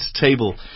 table